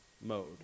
mode